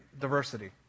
diversity